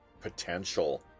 potential